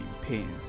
pains